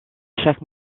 chaque